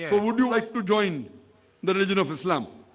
but would you like to join the religion of islam